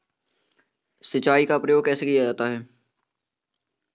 सिंचाई का प्रयोग कैसे किया जाता है?